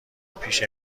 پیش